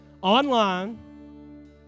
Online